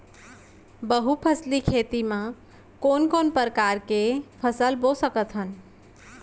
बहुफसली खेती मा कोन कोन प्रकार के फसल बो सकत हन?